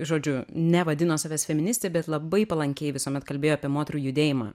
žodžiu nevadino savęs feministe bet labai palankiai visuomet kalbėjo apie moterų judėjimą